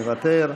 מוותר,